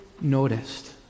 noticed